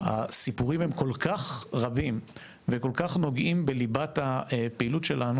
נציגים שמונו על ידי גורמים נבחרים של העם היהודי,